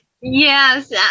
Yes